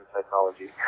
psychology